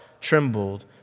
trembled